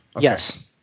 Yes